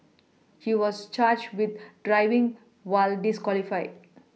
he was charged with driving while disqualified